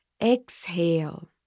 exhale